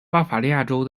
巴伐利亚州